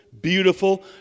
beautiful